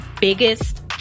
biggest